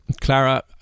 Clara